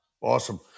Awesome